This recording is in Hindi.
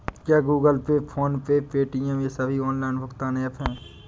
क्या Google Pay PhonePe Paytm ये सभी ऑनलाइन भुगतान ऐप हैं?